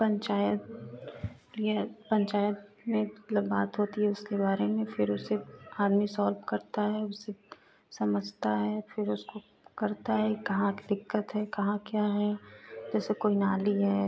पंचायत या पंचायत में मतलब बात होती है उसके बारे में फिर उसे आदमी सॉल्व करता है उसे समझता है फिर उसको करता है कहाँ दिक्कत है कहाँ क्या है जैसे कोई नाली है